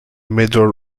medal